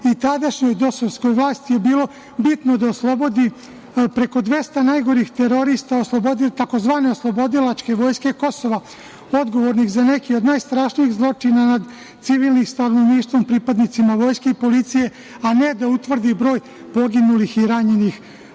i tadašnjoj DOS-ovskoj vlasti je bilo bitno da oslobodi preko 200 najgorih terorista tzv. OVK, odgovornih za neke od najstrašnijih zločina nad civilnim stanovništvom, pripadnicima vojske i policije, a ne da utvrdi broj poginulih i ranjenih